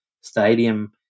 Stadium